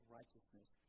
Righteousness